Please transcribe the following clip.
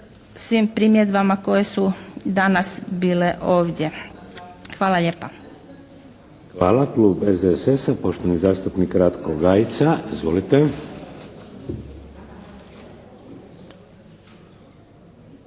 svim primjedbama koje su danas bile ovdje. Hvala lijepa. **Šeks, Vladimir (HDZ)** Hvala. Klub SDSS-a, poštovani zastupnik Ratko Gajica. Izvolite.